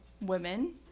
women